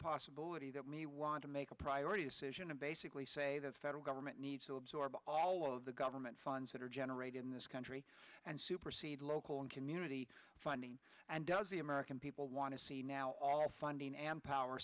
possibility that may want to make a priority decision to basically say the federal government needs to absorb all of the government funds that are generated in this country and supersede local and community funding and does the american people want to see now all our funding and power